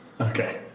Okay